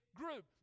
group